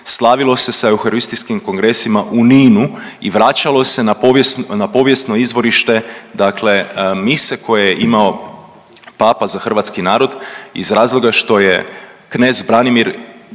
slavilo se sa euharistijskim kongresima u Ninu i vraćalo se na povijesno izvorište mise koje je imao Papa za hrvatski narod iz razloga što je knez Branimir